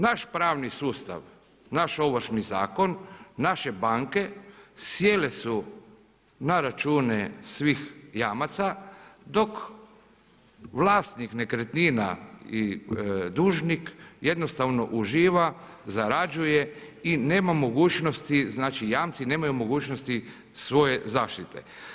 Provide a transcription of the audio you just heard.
Naš pravni sustav, naš Ovršni zakon, naše banke sjele su na račune svih jamaca dok vlasnik nekretnina i dužnik jednostavno uživa, zarađuje i nema mogućnosti, znači jamci nemaju mogućnosti svoje zaštite.